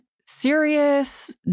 serious